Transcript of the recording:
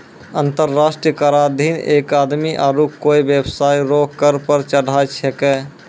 अंतर्राष्ट्रीय कराधीन एक आदमी आरू कोय बेबसाय रो कर पर पढ़ाय छैकै